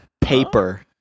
Paper